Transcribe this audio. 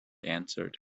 answered